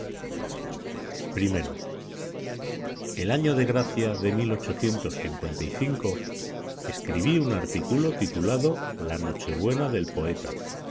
i el año de gracia de escribí un artículo titulado la nochebuena del poeta